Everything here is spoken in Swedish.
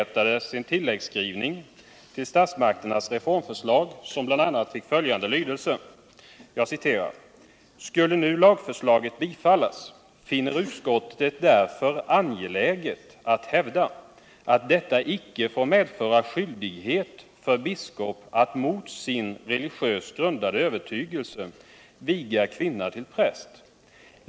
”Skulle nu lagförslaget bifallas, finner utskottet det därför angeläget att hävda, att detta icke får medföra skyldigheter för biskop att mot sin religiöst grundade övertygelse viga kvinna till präst.